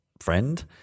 friend